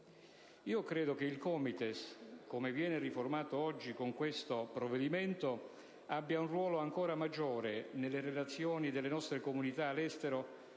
Credo che il COMITES, come riformato oggi con questo provvedimento, abbia un ruolo ancora maggiore nelle relazioni delle nostre comunità all'estero,